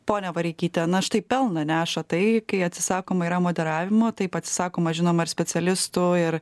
ponia vareikyte na štai pelną neša tai kai atsisakoma yra moderavimo taip atsisakoma žinoma ir specialistų ir